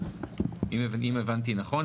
אם הבנתי נכון,